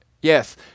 Yes